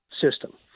system